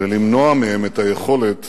ולמנוע מהם את היכולת